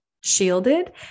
shielded